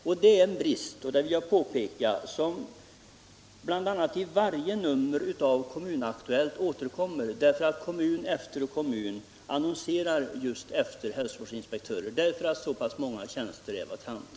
Jag vill påpeka att detta är en brist, som bl.a. återspeglas i varje nummer av Kommun Aktuellt, där kommun "efter kommun annonserar efter hälsovårdsinspektörer därför att så många tjänster är vakanta.